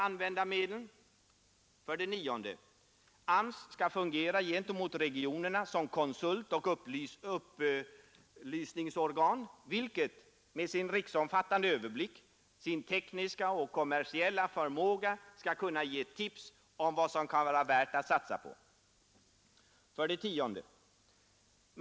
AMS fungerar gentemot regionerna som konsultoch upplysningsorgan, vilket med sin riksomfattande överblick, sin tekniska och kommersiella förmåga kan ge tips om vad som kan vara värt att satsa på. 10.